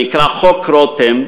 הנקרא "חוק רותם",